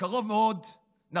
בקרוב מאוד נחליף,